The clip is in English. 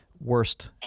worst